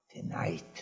tonight